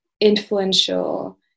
influential